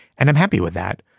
and i'm happy with that.